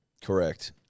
Correct